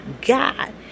God